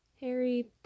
Harry